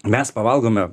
mes pavalgome